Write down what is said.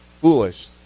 foolish